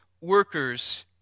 workers